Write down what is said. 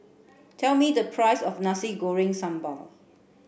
tell me the price of nasi goreng sambal